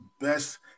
best